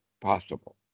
possible